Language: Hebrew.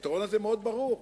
היתרון הזה מאוד ברור.